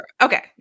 Okay